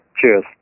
Cheers